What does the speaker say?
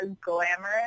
glamorous